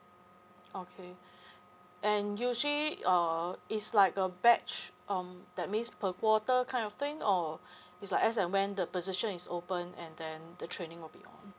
okay and usually uh it's like a batch um that means per quarter kind of thing or it's like as and when the position is open and then the training will be on